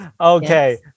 okay